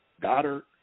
Goddard